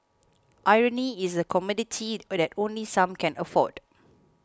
irony is a commodity but only some can afford